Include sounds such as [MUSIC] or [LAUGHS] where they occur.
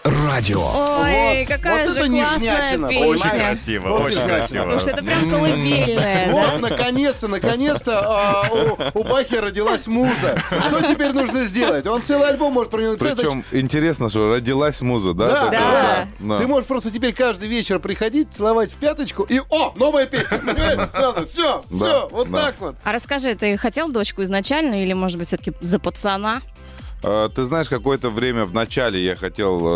Радио. Ой, Вот, какая вот же это классная нежнятина, песня. понимаешь? Очень красиво, Вот очень нежнятина. красиво. Потому что это прям колыбельная, да? Вот, наконец-то, наконец-то, а, у- у Бахи родилась муза. Что теперь нужно сделать? Он целый альбом может про неё написать. Причём Значит- интересно, что родилась муза, да, от Да, этого, Да. да, да. да. Ты можешь просто теперь каждый вечер приходить, целовать в пяточку и- о, новая песня. [LAUGHS] Понимаешь? Сразу всё, Да, всё, вот да. так вот. А расскажи, ты хотел дочку изначально или, может быть, всё-таки за пацана? А, ты знаешь, какое-то время в начале я хотел